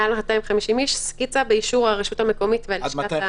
מעל 250 איש סקיצה באישור הרשות המקומית ולשכת הבריאות המחוזית.